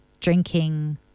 drinking